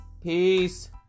Peace